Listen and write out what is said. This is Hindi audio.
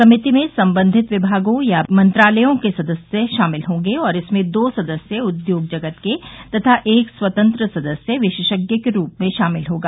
समिति में संबंधित विभागों या मंत्रालयों के सदस्य शामिल होंगे और इसमें दो सदस्य उद्योगजगत के तथा एक स्वतंत्र सदस्य विशेषज्ञ के रूप में शामिल होगा